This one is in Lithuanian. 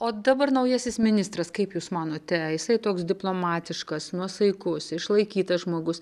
o dabar naujasis ministras kaip jūs manote jisai toks diplomatiškas nuosaikus išlaikytas žmogus